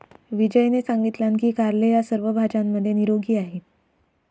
विजयने सांगितलान की कारले ह्या सर्व भाज्यांमध्ये निरोगी आहे